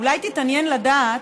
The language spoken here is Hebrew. אולי תתעניין לדעת,